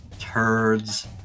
Turds